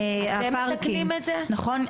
נכון?